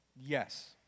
Yes